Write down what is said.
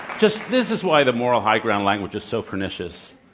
just this is why the moral high ground language is so pernicious.